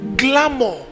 glamour